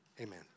Amen